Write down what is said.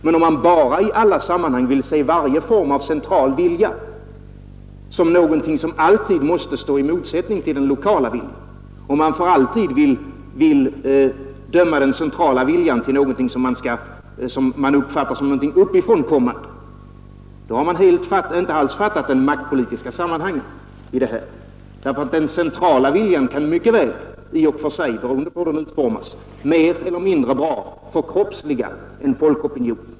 Men om man i alla sammanhang vill se en central vilja som varande i motsatsställning till den lokala viljan, och om man alltid vill uppfatta den centrala viljan som något uppifrån kommande, har man inte alls fattat det maktpolitiska sambandet i detta fall. Den centrala viljan kan nämligen mycket väl i och för sig, beroende på hur den utformas, mer eller mindre bra förkroppsliga en folkopinion.